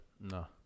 No